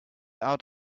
out